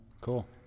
cool